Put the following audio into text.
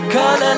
Color